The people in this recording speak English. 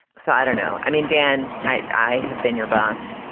so i don't know. i mean, dan, i i have been your boss.